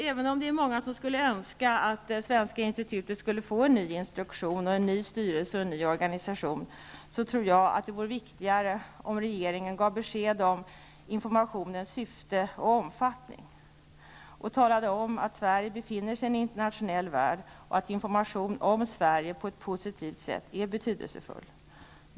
Även om många skulle önska att Svenska Institutet skulle få en ny instruktion, en ny styrelse och en ny organisation, tror jag att det vore viktigare att regeringen gav besked om informationens syfte och omfattning, att den talade om att Sverige befinner sig i en internationell värld och att positiv information om Sverige är betydelsefull.